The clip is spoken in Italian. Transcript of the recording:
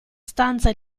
stanza